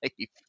life